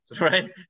right